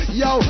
yo